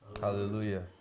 Hallelujah